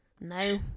no